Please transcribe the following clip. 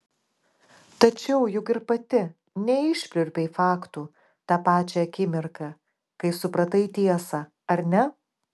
tačiau juk ir pati neišpliurpei faktų tą pačią akimirką kai supratai tiesą ar ne